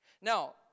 Now